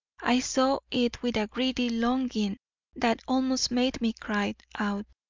i saw it with a greedy longing that almost made me cry out.